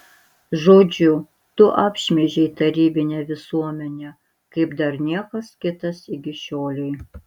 žodžiu tu apšmeižei tarybinę visuomenę kaip dar niekas kitas iki šiolei